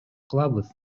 кылабыз